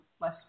less